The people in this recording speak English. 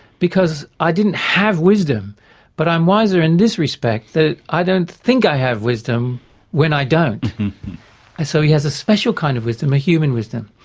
because i didn't have wisdom but i'm wiser in this respect, that i don't think i have wisdom when i don't. and so he has a special kind of wisdom, a human wisdom.